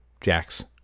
Jack's